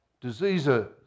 Diseases